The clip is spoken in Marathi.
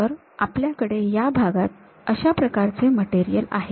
तर आपल्याकडे या भागात अशा प्रकारचे मटेरियल आहे